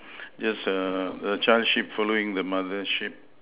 just err the child sheep following the mother sheep